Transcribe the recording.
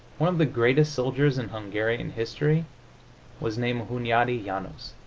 one of the greatest soldiers in hungarian history was named hunjadi janos.